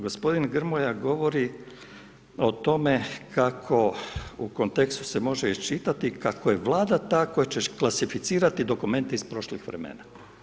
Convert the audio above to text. Gospodin Grmoja govori o tome kako u kontekstu se može iščitati kako je Vlada ta koja će klasificirati dokumente iz prošlih vremena.